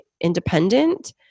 independent